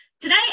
Today